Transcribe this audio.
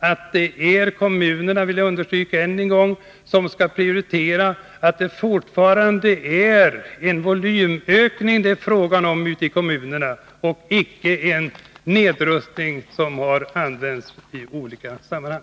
Och det är kommunerna -— jag vill understryka det än en gång — som skall prioritera. Det är fortfarande fråga om en volymökning ute i kommunerna och inte en nedrustning — ett uttryck som används i olika sammanhang.